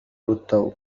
للتو